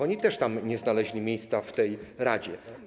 Oni też nie znaleźli miejsca w tej radzie.